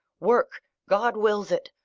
work! god wills it.